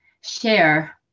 share